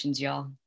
y'all